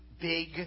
big